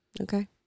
Okay